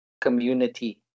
community